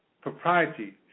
Propriety